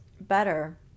better